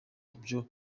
ibyo